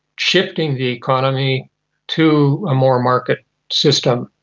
shifting the economy to a more market system.